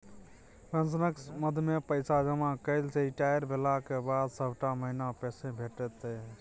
पेंशनक मदमे पैसा जमा कएला सँ रिटायर भेलाक बाद सभटा महीना पैसे भेटैत छै